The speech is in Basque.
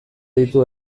ditu